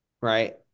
Right